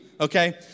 Okay